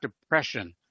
depression